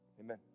Amen